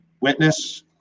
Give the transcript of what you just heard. witness